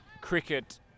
cricket